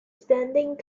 standing